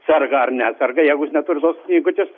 serga ar neserga jeigu jis neturi tos knygutės